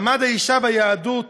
מעמד האישה ביהדות